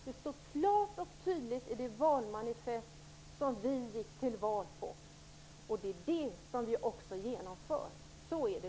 Det stod klart och tydligt i det valmanifest som vi gick till val på. Det är det som vi också genomför. Så är det,